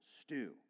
stew